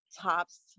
tops